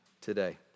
today